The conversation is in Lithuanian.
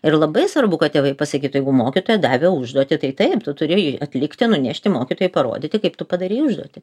yra labai svarbu kad tėvai pasakytų jeigu mokytoja davė užduotį tai taip tu turėjai atlikti nunešti mokytojai parodyti kaip tu padarei užduotį